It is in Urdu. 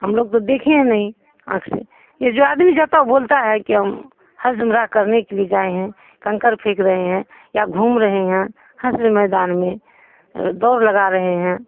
ہم لوگ تو دیکھے ہیں نہیں آنکھ سے یہ جو آدمی جاتا ہے وہ بولتا ہے کہ ہم حج عمرہ کرنے کے لیے جائے ہیں کنکر پھینک رہے ہیں یا گھوم رہے ہیں حشر میدان میں دوڑ لگا رہے ہیں